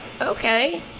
okay